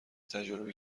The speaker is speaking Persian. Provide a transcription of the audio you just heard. تجاربی